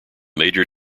major